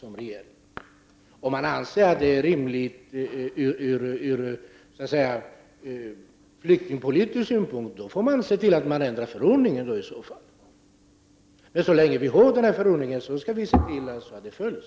Om regeringen anser att det är rimligt ur flyktingpolitisk synpunkt får regeringen ändra förordningen. Men så länge denna förordning finns skall den följas.